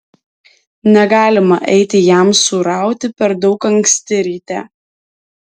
negalima eiti jamsų rauti per daug anksti ryte